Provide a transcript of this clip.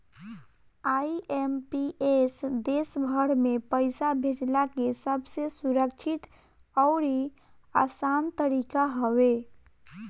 IMPS देस भर में पईसा भेजला के सबसे सुरक्षित अउरी आसान तरीका हवे